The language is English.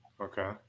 Okay